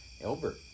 Elbert